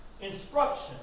instruction